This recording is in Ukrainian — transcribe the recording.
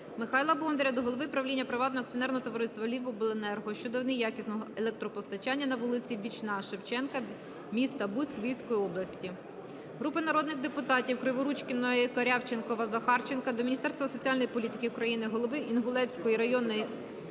Михайла Бондаря до голови правління Приватного акціонерного товариства "Львівобленерго" щодо неякісного електропостачання на вулиці Бічна Шевченка міста Буськ Львівської області. Групи народних депутатів (Криворучкіної, Корявченкова, Захарченка) до Міністерства соціальної політики України, голови Інгулецької районної